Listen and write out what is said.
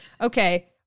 Okay